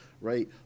right